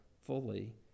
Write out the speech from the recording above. fully